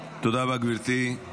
תודה רבה, גברתי.